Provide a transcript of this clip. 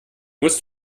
musst